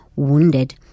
wounded